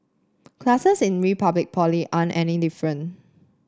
classes in Republic Poly aren't any different